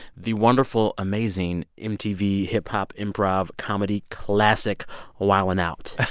the wonderful, amazing mtv hip-hop improv comedy classic ah wild'n out.